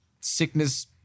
sickness